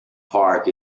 park